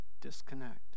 disconnect